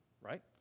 right